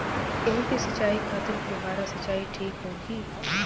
गेहूँ के सिंचाई खातिर फुहारा सिंचाई ठीक होखि?